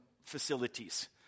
facilities